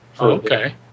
Okay